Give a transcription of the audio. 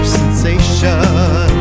sensation